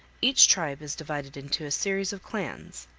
each tribe is divided into a series of clans,